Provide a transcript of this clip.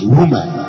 woman